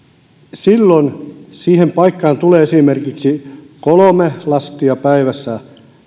silloin siihen paikkaan tulee esimerkiksi kolme lastia päivässä